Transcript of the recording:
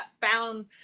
found